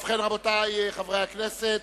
ובכן, רבותי חברי הכנסת,